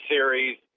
Series